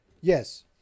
Yes